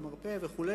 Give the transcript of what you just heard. מרפא וכו',